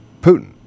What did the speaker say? Putin